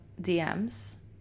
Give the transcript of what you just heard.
DMs